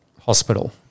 hospital